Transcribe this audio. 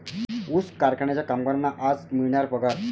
ऊस कारखान्याच्या कामगारांना आज मिळणार पगार